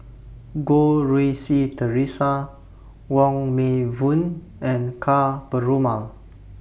Goh Rui Si Theresa Wong Meng Voon and Ka Perumal